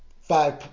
Five